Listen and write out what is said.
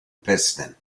piston